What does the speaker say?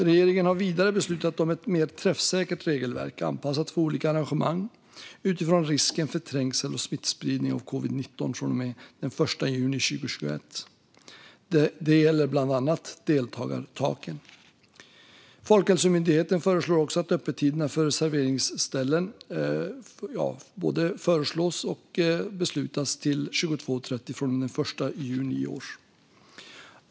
Regeringen har vidare beslutat om ett mer träffsäkert regelverk, anpassat för olika arrangemang, utifrån risken för trängsel och smittspridning av covid-19 från och med den 1 juni 2021. Det gäller bland annat deltagartaken. På Folkhälsomyndighetens förslag har också öppettiderna för serveringsställen förlängts till 22.30 från och med den 1 juni i år.